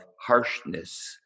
harshness